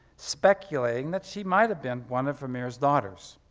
speculating that she might have been one of vermeer's daughters.